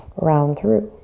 round through.